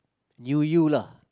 you you lah